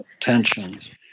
tensions